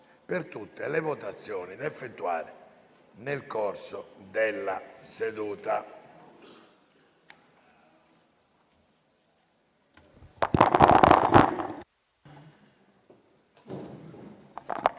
per tutte le votazioni da effettuare nel corso della seduta.